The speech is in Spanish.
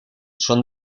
son